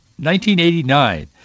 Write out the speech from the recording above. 1989